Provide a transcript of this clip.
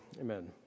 Amen